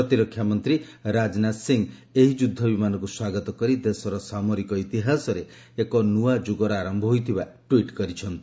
ପ୍ରତିରକ୍ଷା ମନ୍ତ୍ରୀ ରାଜନାଥ ସିଂହ ଏହି ଯୁଦ୍ଧ ବିମାନକୁ ସ୍ୱାଗତ କରି ଦେଶର ସାମରିକ ଇତିହାସରେ ଏକ ନୂଆ ଯୁଗର ମାରନ୍ତ ହୋଇଥିବା ଟ୍ୱିଟ୍ କରିଛନ୍ତି